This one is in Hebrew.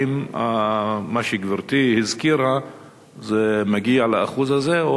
האם מה שגברתי הזכירה מגיע לאחוז הזה או